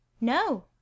No